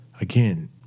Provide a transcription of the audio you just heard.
again